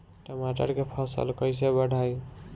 टमाटर के फ़सल कैसे बढ़ाई?